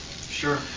Sure